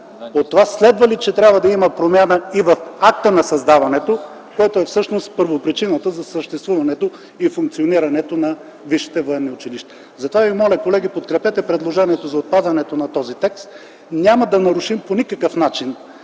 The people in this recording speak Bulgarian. От това следва ли, че трябва да има промяна и в акта на създаването, което всъщност е първопричината за съществуването и функционирането на висшите военни училища. Затова ви моля колеги, подкрепете предложението за отпадането на този текст. Няма да нарушим по никакъв начин